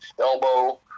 elbow